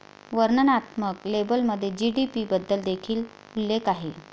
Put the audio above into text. वर्णनात्मक लेबलमध्ये जी.डी.पी बद्दल देखील उल्लेख आहे